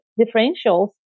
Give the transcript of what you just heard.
differentials